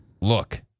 Look